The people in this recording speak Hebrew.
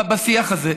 בשיח הזה,